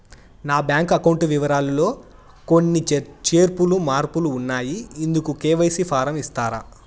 నా bank account వివరాలు లో కొన్ని చేర్పులు మార్పులు ఉన్నాయి, ఇందుకు కె.వై.సి ఫారం ఇస్తారా?